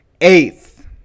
Eighth